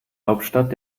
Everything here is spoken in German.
hauptstadt